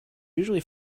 usually